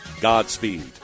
Godspeed